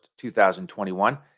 2021